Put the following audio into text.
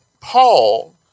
Paul